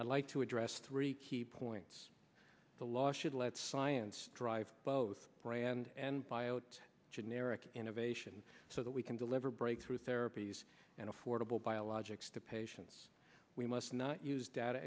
not like to address three key points the law should let science drive both brand and biotech generic innovation so that we can deliver breakthrough therapies and affordable biologics to patients we must not use data